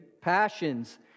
passions